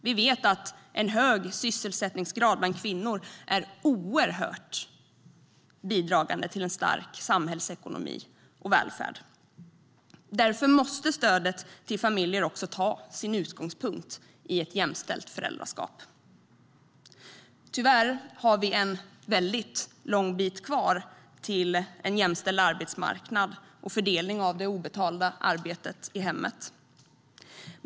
Vi vet att en hög sysselsättningsgrad bland kvinnor oerhört starkt bidrar till en stark samhällsekonomi och välfärd. Därför måste stödet till familjer också ta sin utgångspunkt i ett jämställt föräldraskap. Tyvärr har vi väldigt långt kvar till en jämställd arbetsmarknad och fördelning av det obetalda arbetet i hemmet.